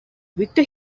victor